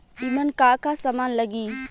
ईमन का का समान लगी?